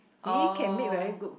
oh